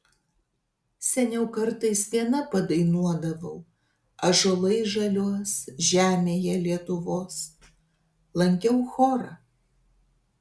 seniau kartais viena padainuodavau ąžuolai žaliuos žemėje lietuvos lankiau chorą